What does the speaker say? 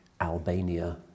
Albania